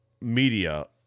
media